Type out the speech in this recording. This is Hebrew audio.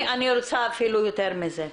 אני רוצה יותר מזה.